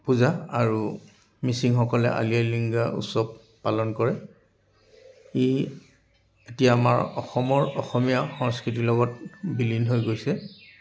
পূজা আৰু মিচিংসকলে আলি আঃয়ে লৃগাং উৎসৱ পালন কৰে ই এতিয়া আমাৰ অসমৰ অসমীয়া সংস্কৃতিৰ লগত বিলীন হৈ গৈছে